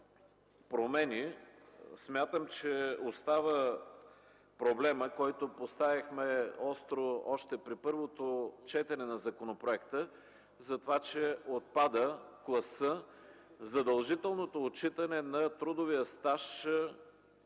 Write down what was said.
промени, смятам, че остава проблемът, който поставихме остро още при първото четене на законопроекта за това, че отпада класът – задължителното отчитане на трудовия стаж,